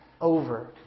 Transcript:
over